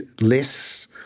less